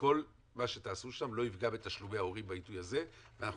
כל מה שתעשו שם לא יפגעו בתשלומי ההורים בעיתוי הזה ואנחנו